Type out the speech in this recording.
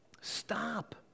Stop